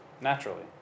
naturally